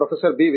professor B